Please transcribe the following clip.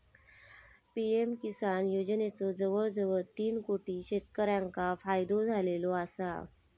PM Kisan योजनेचो जवळजवळ तीन कोटी शेतकऱ्यांका फायदो झालेलो आसा